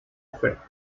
ofertas